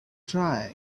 try